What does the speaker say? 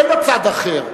אין לו צד אחר.